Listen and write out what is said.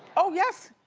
oh yes!